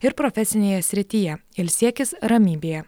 ir profesinėje srityje ilsėkis ramybėje